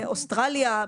באוסטרליה,